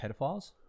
Pedophiles